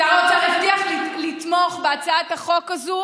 שר האוצר הבטיח לתמוך בהצעת החוק הזאת